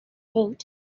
vote